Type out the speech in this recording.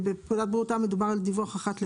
בפקודת בריאות העם מוצע לעשות דיווח של אחת לחודש.